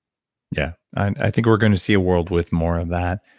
yeah. i think we're going to see a world with more of that.